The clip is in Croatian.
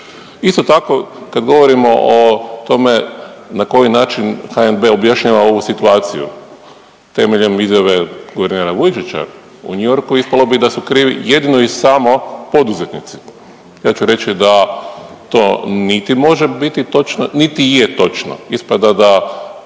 Isto tako kad govorimo o tome na koji način HNB objašnjava ovu situaciju temeljem izjave guvernera Vujčića u New Yorku ispalo bi da su krivi jedino i samo poduzetnici. Ja ću reći da to niti može biti točno, niti je točno. Ispada da